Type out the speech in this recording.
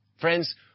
Friends